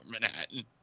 Manhattan